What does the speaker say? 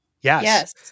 Yes